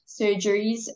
surgeries